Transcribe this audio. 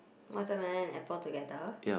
watermelon and apple together